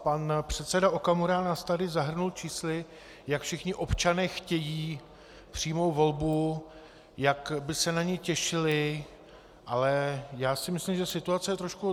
Pan předseda Okamura nás tady zahrnul čísly, jak všichni občané chtějí přímou volbu, jak by se na ni těšili, ale já si myslím, že situace je trošku odlišná.